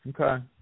Okay